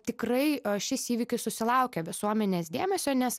tikrai šis įvykis susilaukė visuomenės dėmesio nes